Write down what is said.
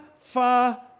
far